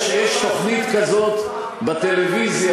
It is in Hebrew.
יש תוכנית כזאת בטלוויזיה,